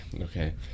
Okay